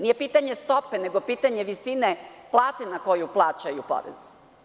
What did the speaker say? Nije pitanje stope, nego pitanje visine plate na koju plaćaju porez.